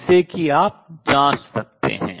जिसे कि आप जांच सकते हैं